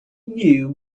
knew